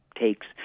takes